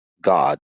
God